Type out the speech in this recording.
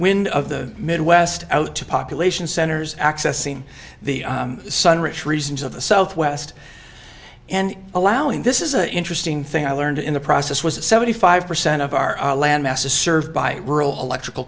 wind of the midwest out to population centers accessing the sun rich reasons of the southwest and allowing this is a interesting thing i learned in the process was a seventy five percent of our land mass is served by rural electrical